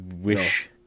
wish